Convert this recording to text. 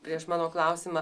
prieš mano klausimą